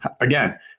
again